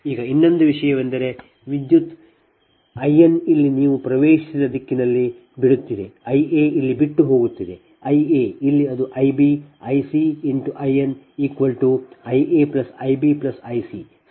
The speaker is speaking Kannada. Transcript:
ಈಗ ಇನ್ನೊಂದು ವಿಷಯವೆಂದರೆ ವಿದ್ಯುತ್ I n ಇಲ್ಲಿ ನೀವು ಪ್ರವೇಶಿಸಿದ ದಿಕ್ಕಿನಲ್ಲಿ ಬಿಡುತ್ತಿದೆ I a ಇಲ್ಲಿ ಬಿಟ್ಟು ಹೋಗುತ್ತಿದೆ I a ಇಲ್ಲಿ ಅದು I b I c I n I a I b I c